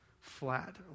flat